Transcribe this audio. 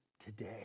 Today